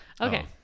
Okay